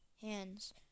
hands